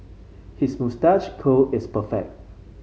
his moustache curl is perfect